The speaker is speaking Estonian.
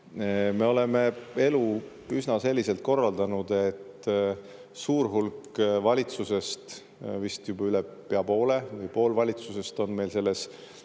me oleme elu selliselt korraldanud, et suur hulk valitsusest, vist juba pea üle poole või pool valitsusest on meil